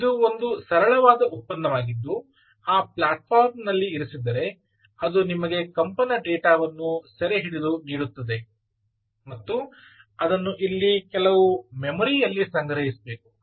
ಇದು ಒಂದು ಸರಳವಾದ ಉತ್ಪನ್ನವಾಗಿದ್ದು ಆ ಪ್ಲಾಟ್ಫಾರ್ಮ್ ನಲ್ಲಿ ಇರಿಸಿದರೆ ಅದು ನಿಮಗೆ ಕಂಪನ ಡೇಟಾವನ್ನು ಸೆರೆಹಿಡಿದು ನೀಡುತ್ತದೆ ಮತ್ತು ಅದನ್ನು ಇಲ್ಲಿ ಕೆಲವು ಮೆಮೊರಿಯಲ್ಲಿ ಸಂಗ್ರಹಿಸಬೇಕು